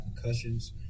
concussions